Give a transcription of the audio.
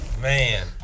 man